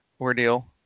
ordeal